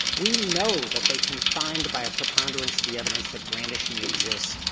we know that they can find by a preponderance of the evidence that brandishing exists.